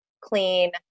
clean